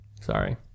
Sorry